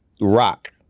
Rock